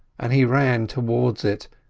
and he ran towards it,